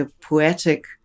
poetic